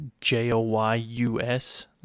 J-O-Y-U-S